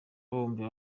bombi